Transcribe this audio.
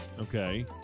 Okay